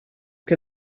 che